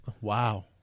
Wow